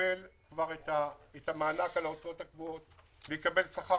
יקבל מענק על ההוצאות הקבועות ויקבל שכר